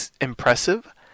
impressive